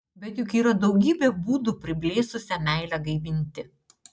bet juk yra daugybė būdų priblėsusią meilę gaivinti